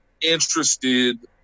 interested